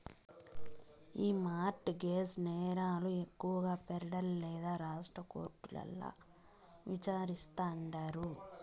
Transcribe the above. ఈ mortgage నేరాలు ఎక్కువగా పెడరల్ లేదా రాష్ట్ర కోర్టుల్ల విచారిస్తాండారు